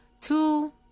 two